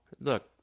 look